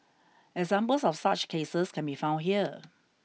examples of such cases can be found here